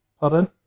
Pardon